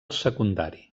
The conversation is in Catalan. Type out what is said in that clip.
secundari